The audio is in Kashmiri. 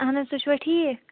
اہن حظ تُہۍ چھِوا ٹھیٖک